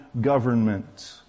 government